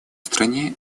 стране